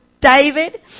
David